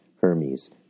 Hermes